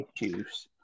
issues